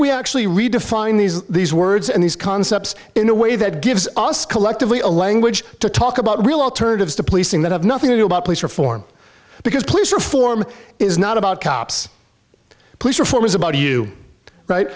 we actually redefine these these words and these concepts in a way that gives us collectively a language to talk about real alternatives to policing that have nothing to do about police reform because police reform is not about cops police reform is about you right